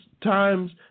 times